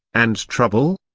and trouble?